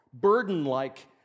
burden-like